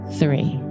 three